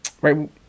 right